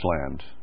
Land